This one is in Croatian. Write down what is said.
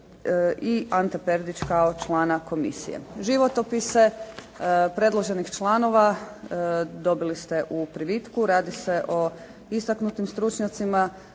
i Ante Perdić kao člana komisije. Životopise predloženih članova dobili ste u privitku. Radi se o istaknutim stručnjacima,